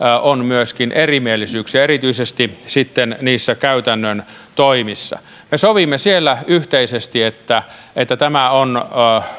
on myöskin erimielisyyksiä erityisesti sitten niistä käytännön toimista me sovimme siellä yhteisesti että että tämä on